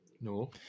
No